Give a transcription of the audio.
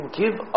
give